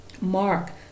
mark